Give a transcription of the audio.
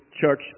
church